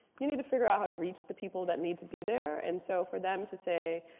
you need to figure out how to reach the people that need to be there. and so for them to say,